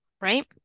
right